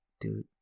Dude